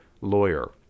lawyer